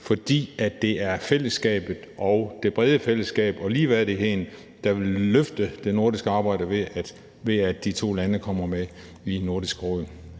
fordi det er det brede fællesskab og ligeværdigheden, der vil løfte det nordiske arbejde, ved at de to lande kommer med i Nordisk Råd.